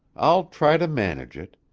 i'll try to manage it.